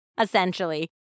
essentially